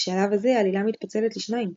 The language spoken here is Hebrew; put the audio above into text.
בשלב הזה העלילה מתפצלת לשניים,